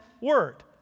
word